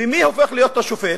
ומי הופך להיות השופט?